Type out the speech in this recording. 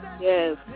Yes